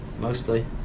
Mostly